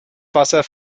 wasser